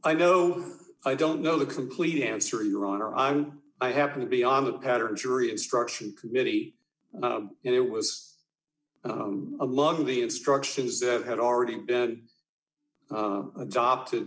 i know i don't know the complete answer your honor i'm i happen to be on the pattern jury instruction committee and it was among the instructions that had already been adopted